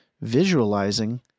visualizing